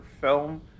film